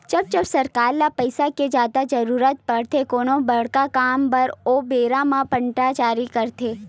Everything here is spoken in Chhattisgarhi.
जब जब सरकार ल पइसा के जादा जरुरत पड़थे कोनो बड़का काम बर ओ बेरा म बांड जारी करथे